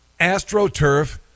astroturf